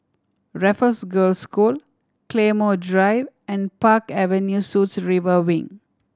Raffles Girls' School Claymore Drive and Park Avenue Suites River Wing